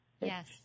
Yes